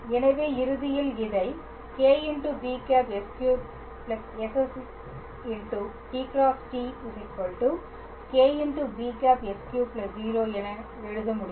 எனவே இறுதியில் இதை κb̂s3 ss t × t κb̂s3 0 என எழுத முடியும்